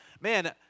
man